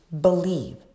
believe